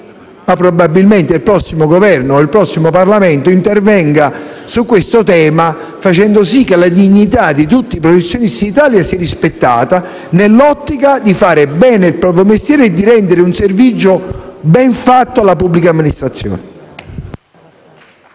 ma probabilmente spetterà al prossimo Governo e al prossimo Parlamento - facendo sì che la dignità di tutti i professionisti in Italia sia rispettata, nell'ottica di fare bene il proprio mestiere e di rendere un servigio ben fatto alla pubblica amministrazione.